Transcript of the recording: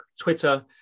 Twitter